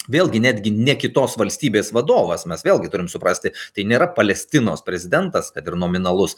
vėlgi netgi ne kitos valstybės vadovas mes vėlgi turim suprasti tai nėra palestinos prezidentas kad ir nominalus